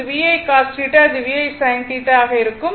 இது VI cos θ இது VI sin θ ஆக இருக்கும்